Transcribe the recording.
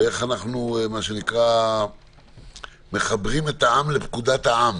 ואיך אנחנו מחברים את העם לפקודת העם